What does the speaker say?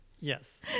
yes